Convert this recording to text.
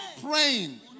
praying